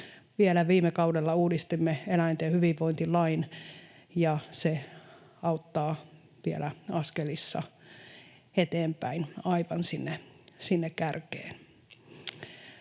Vielä viime kaudella uudistimme eläinten hyvinvointilain, ja se auttaa vielä askelissa eteenpäin aivan sinne kärkeen.